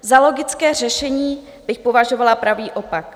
Za logické řešení bych považovala pravý opak.